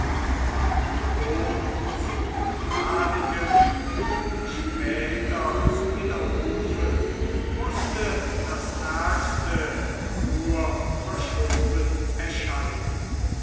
und gewohnt zu begnadigen um später zu widerrufen mußte das ärgste nur verschoben erscheinen